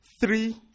three